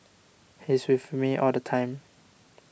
he's with me all the time